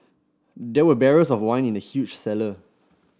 there were barrels of wine in the huge cellar